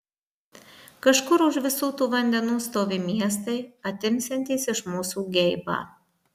kažkur už visų tų vandenų stovi miestai atimsiantys iš mūsų geibą